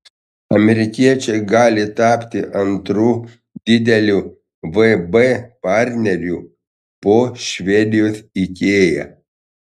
amerikiečiai gali tapti antru dideliu vb partneriu po švedijos ikea